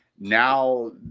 now